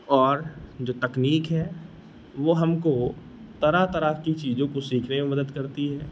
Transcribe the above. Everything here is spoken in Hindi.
और जो तकनीक है वह हमको तरह तरह की चीज़ों को सीखने में मदद करती है